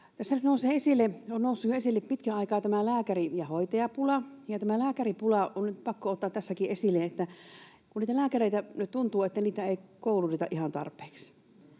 on noussut esille jo pitkän aikaa, tämä lääkäri‑ ja hoitajapula, ja tämä lääkäripula on nyt pakko ottaa tässäkin esille, kun tuntuu, että niitä lääkäreitä ei kouluteta ihan tarpeeksi.